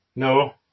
No